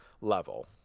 level